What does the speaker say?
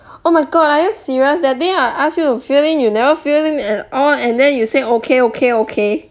oh my god are you serious that day I ask you to fill in you never fill in at all and then you say okay okay okay